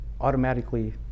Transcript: automatically